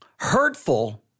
hurtful